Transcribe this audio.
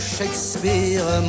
Shakespeare